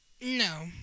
No